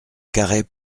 carhaix